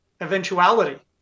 eventuality